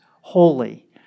holy